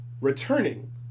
returning